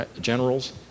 generals